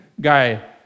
guy